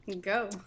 go